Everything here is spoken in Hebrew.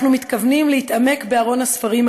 אנחנו מתכוונים להתעמק בארון הספרים